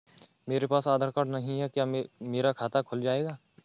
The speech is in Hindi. मेरे पास आधार कार्ड नहीं है क्या मेरा खाता खुल जाएगा?